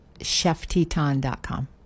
ChefTeton.com